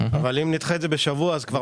אם נדחה את זה בשבוע, זה מאוחר.